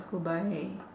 must go buy